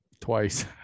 Twice